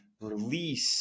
release